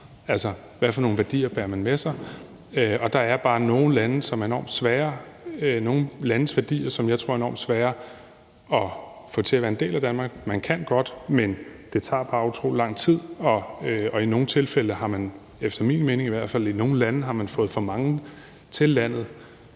altså hvad for nogle værdier man bærer med sig. Og der er bare nogle landes værdier, som jeg tror er enormt svære at få til at være en del af Danmark. Man kan godt, men det tager bare utrolig lang tid, og i nogle tilfælde har man – i hvert fald efter min mening – i nogle lande fået for mange til landet